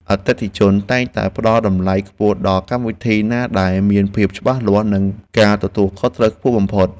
អតិថិជនតែងតែផ្តល់តម្លៃខ្ពស់ដល់កម្មវិធីណាដែលមានភាពច្បាស់លាស់ និងការទទួលខុសត្រូវខ្ពស់បំផុត។